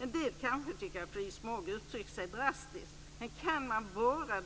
En del kanske tycker att Rees-Mogg uttrycker sig drastiskt, men kan man vara